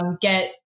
get